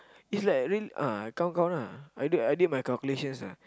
is like really ah count count lah I did I did my calculations ah